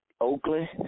Oakland